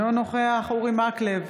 אינו נוכח אורי מקלב,